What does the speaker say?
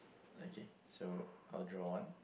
okay so I'll draw one